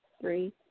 three